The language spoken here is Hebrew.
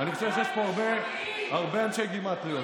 אני חושב שיש פה הרבה אנשי גימטריות.